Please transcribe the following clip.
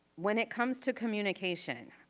when it comes to communication,